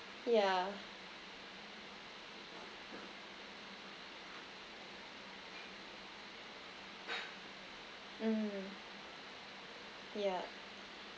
yeah mm yeah